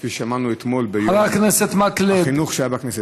כפי ששמענו אתמול ביום החינוך שהיה בכנסת.